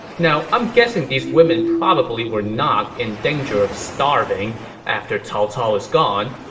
now, i'm guessing these women probably were not in danger of starving after cao cao is gone,